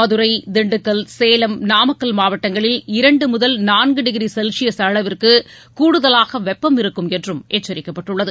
மதுரை திண்டுக்கல் சேலம் நாமக்கல் மாவட்டங்களில் இரண்டு முதல் நான்கு டிகிரி செல்சியஸ் அளவுக்கு கூடுதலாக வெப்பம் இருக்கும் என்றும் எச்சரிக்கப்பட்டுள்ளது